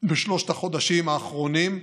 בשלושת החודשים האחרונים,